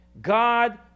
God